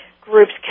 groups